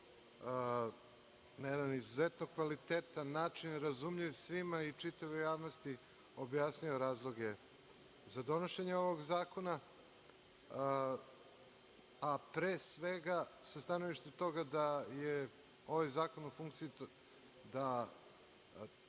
na jedan izuzetno kvalitetan način, razumljiv svima i čitavoj javnosti objasnio razloge za donošenje ovog zakona, a pre svega sa stanovišta toga da je ovaj zakon u funkciji da